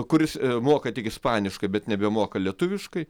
kuris moka tik ispaniškai bet nebemoka lietuviškai